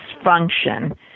dysfunction